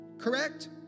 Correct